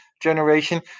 generation